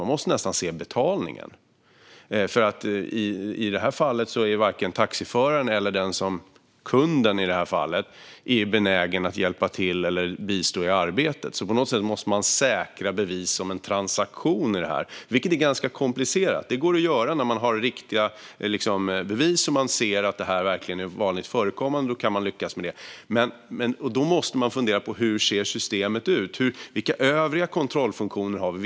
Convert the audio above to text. Man måste nästan se betalningen, och i det här fallet är varken taxiföraren eller kunden benägen att hjälpa till eller bistå i arbetet. På något sätt måste man säkra bevis på en transaktion, vilket är ganska komplicerat. Det går att göra när man har riktiga bevis och ser att det är vanligt förekommande. Då kan man lyckas med det. Men vi måste fundera på hur systemet ser ut. Vilka övriga kontrollfunktioner har vi?